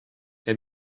que